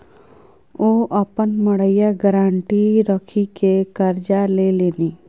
ओ अपन मड़ैया गारंटी राखिकए करजा लेलनि